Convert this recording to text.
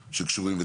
שקשורים.